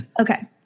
Okay